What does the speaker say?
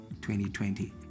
2020